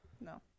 No